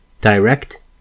direct